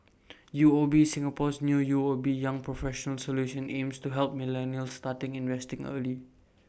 UOB Singapore's new UOB young professionals solution aims to help millennials start investing early